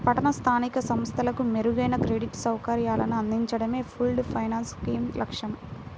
పట్టణ స్థానిక సంస్థలకు మెరుగైన క్రెడిట్ సౌకర్యాలను అందించడమే పూల్డ్ ఫైనాన్స్ స్కీమ్ లక్ష్యం